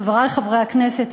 חברי חברי הכנסת,